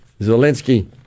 Zelensky